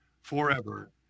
forever